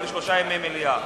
ולשלושה ימי מליאה.